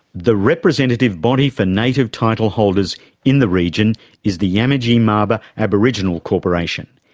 the representative body for native title holders in the region is the yamatji marlpa aboriginal corporation.